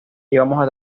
íbamos